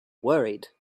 worried